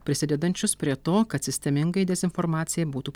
prisidedančius prie to kad sistemingai dezinformacijai būtų